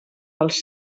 els